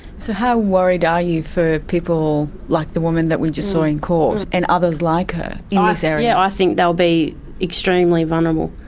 so how worried are you for people like the woman that we just saw in court and others like her in um this area? yes, i think they will be extremely vulnerable.